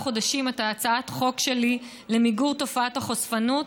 חודשים את הצעת החוק שלי למיגור תופעת החשפנות,